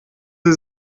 sie